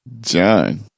John